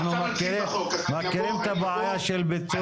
אנחנו מכירים את הבעיה של פיצול דירות.